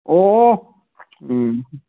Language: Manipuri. ꯑꯣ ꯎꯝ